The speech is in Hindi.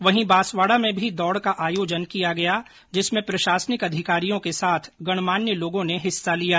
वहीं बांसवाडा में भी दौड का आयोजन किया गया जिसमें प्रशासनिक अधिकारियों के साथ गणमान्य लोगों ने भाग लिया